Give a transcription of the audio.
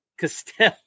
castell